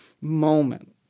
moment